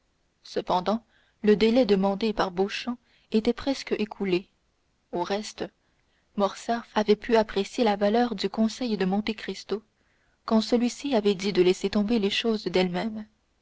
cependant le délai demandé par beauchamp était presque écoulé au reste morcerf avait pu apprécier la valeur du conseil de monte cristo quand celui-ci lui avait dit de laisser tomber les choses d'elles-mêmes